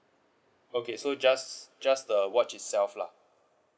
okay so just just the watch itself lah